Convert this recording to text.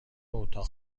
اتاق